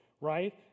right